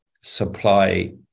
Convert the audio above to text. supply